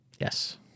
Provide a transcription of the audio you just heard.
Yes